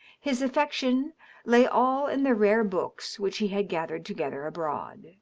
his affection lay all in the rare books which he had gathered together abroad.